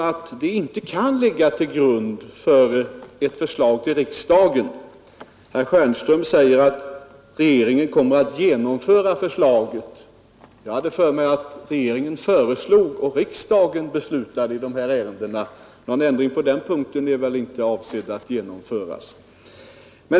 Herr Stjernström säger att regeringen kommer att genomföra förslaget. Jag hade för mig att regeringen föreslår och riksdagen beslutar i sådana här ärenden. Någon ändring på den punkten är väl inte avsedd att genomföras.